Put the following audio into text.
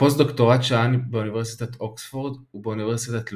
בפוסט-דוקטורט שהה באוניברסיטת אוקספורד ובאוניברסיטת לונדון,